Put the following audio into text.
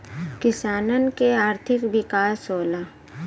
किसानन के आर्थिक विकास होला